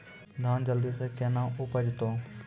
धान जल्दी से के ना उपज तो?